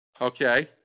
Okay